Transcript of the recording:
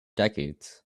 decades